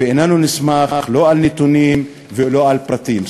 ואיננו נסמך לא על נתונים ולא על פרטים.